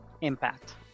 impact